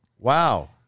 Wow